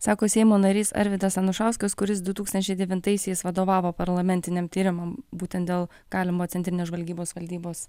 sako seimo narys arvydas anušauskas kuris du tūkstančiai devintaisiais vadovavo parlamentiniam tyrimui būtent dėl galimo centrinės žvalgybos valdybos